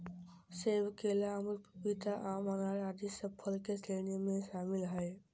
सेब, केला, अमरूद, पपीता, आम, अनार आदि सब फल के श्रेणी में शामिल हय